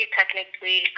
technically